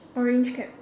orange cap